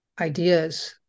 ideas